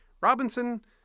Robinson